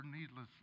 needlessly